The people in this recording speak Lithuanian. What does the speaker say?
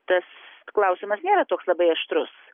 tas klausimas nėra toks labai aštrus